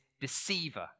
deceiver